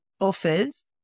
offers